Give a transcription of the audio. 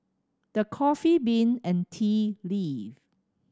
The Coffee Bean and Tea Leaf